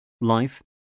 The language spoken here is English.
life